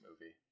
movie